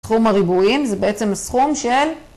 סכום הריבועים זה בעצם הסכום של..